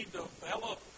develop